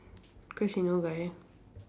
cause she no guy